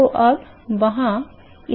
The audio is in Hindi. तो अब वहाँ इसके बीच एक होड़ है